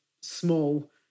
small